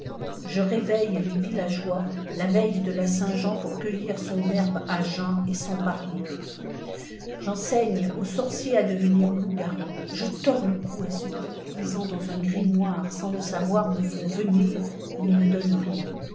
je réveille les villageois la veille de la saint jean pour cueillir son herbe à jeun et sans parler j'enseigne aux sorciers à devenir loups gàrous je tords le cou à ceux qui lisant dans un grimoire sans le savoir me font venir etnene donnent rien